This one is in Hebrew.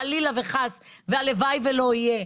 חלילה וחס והלוואי ולא יהיה,